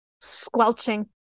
squelching